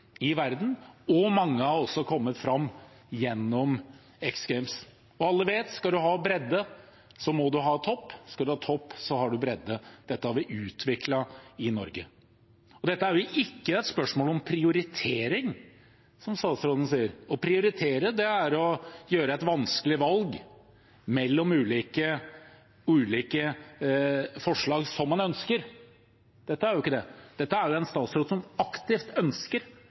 kommet fram gjennom X Games. Alle vet at skal du ha bredde, må du ha topp, og skal du ha topp, så har du bredde. Dette har vi utviklet i Norge. Dette er jo ikke et spørsmål om prioritering, som statsråden sier. Å prioritere er å gjøre et vanskelig valg mellom ulike forslag som man ønsker. Dette er ikke det. Dette er en statsråd som aktivt ønsker